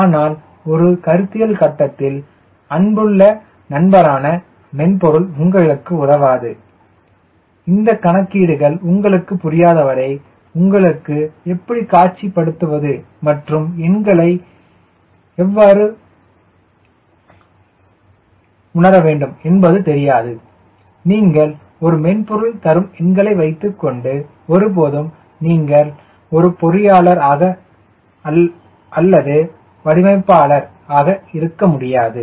ஆனால் ஒரு கருத்தியல் கட்டத்தில் அன்புள்ள நண்பரான மென்பொருள் உங்களுக்கு உதவாது இந்த கணக்கீடுகள் உங்களுக்குப் புரியாத வரை உங்களுக்கு எப்படி காட்சிப்படுத்துவது மற்றும் எண்களை உணரத் தெரியாதவரை நீங்கள் ஒரு மென்பொருள் தரும் எண்களை வைத்துக்கொண்டு ஒருபோதும் நீங்கள் பொறியியலாளராகவோ அல்லது வடிவமைப்பாளராகவோ இருக்க முடியாது